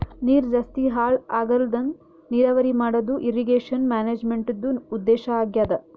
ನೀರ್ ಜಾಸ್ತಿ ಹಾಳ್ ಆಗ್ಲರದಂಗ್ ನೀರಾವರಿ ಮಾಡದು ಇರ್ರೀಗೇಷನ್ ಮ್ಯಾನೇಜ್ಮೆಂಟ್ದು ಉದ್ದೇಶ್ ಆಗ್ಯಾದ